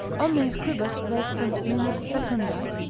omnes quibus res sunt minus secundae,